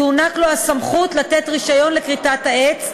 תוענק לו הסמכות לתת רישיון לכריתת העץ,